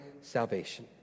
salvation